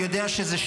אני יודע שזה,